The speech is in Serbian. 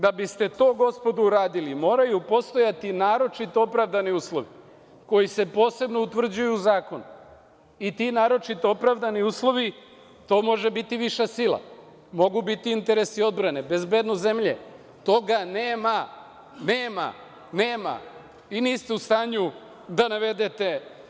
Da biste to, gospodo, uradili, moraju postojati naročito opravdani uslovi koji se posebno utvrđuju zakonom i ti naročito opravdani uslovi, to može biti viša sila, mogu biti interesi odbrane, bezbednost zemlje, a toga nema i niste u stanju da to navedete.